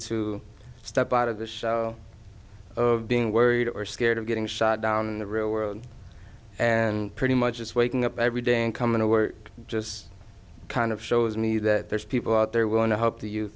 to step out of the shell of being worried or scared of getting shot down in the real world and pretty much just waking up every day and coming to work just kind of shows me that there's people out there willing to help